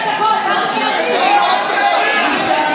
בושה.